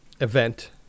event